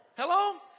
Hello